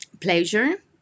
pleasure